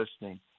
listening